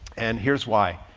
and here's why.